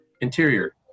Interior